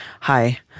Hi